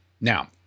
Now